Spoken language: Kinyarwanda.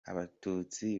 abatutsi